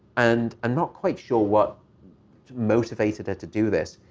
and i'm not quite sure what motivated her to do this,